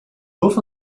both